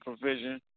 provision